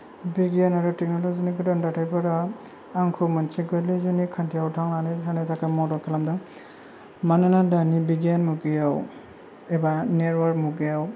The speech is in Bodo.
बिगियान आरो टेकन'लजिनि गोदान दाथाइफोरा आंखौ मोनसे गोर्लै जिउनि खान्थियाव थांनानै थानो थाखाय मदद खालामदों मानोना दानि बिगियान मुगायाव एबा नेतवर्क मुगायाव